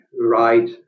right